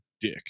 dick